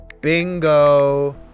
Bingo